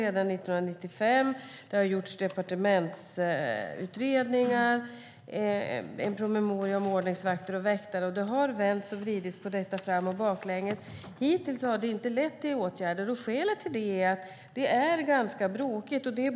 Sedan har det gjorts departementsutredningar, och det har kommit en promemoria om ordningsvakter och väktare. Det har vänts och vridits på detta fram och baklänges. Hittills har det inte lett till åtgärder. Skälet till det är att det hela är ganska brokigt.